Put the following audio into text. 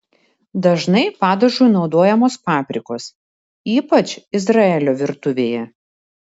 dažnai padažui naudojamos paprikos ypač izraelio virtuvėje